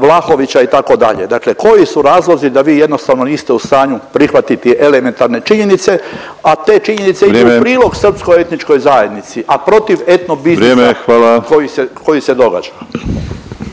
Vlahovića itd. Dakle, koji su razlozi da vi jednostavno niste u stanju prihvatiti elementarne činjenice, a te činjenice idu …/Upadica Penava: Vrijeme./… u prilog srpsko etničkoj zajednici, a protiv etno biznisa …/Upadica